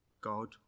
God